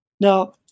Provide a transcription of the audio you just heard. Now